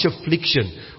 affliction